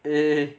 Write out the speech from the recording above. eh